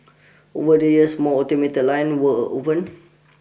over the years more automated lines were opened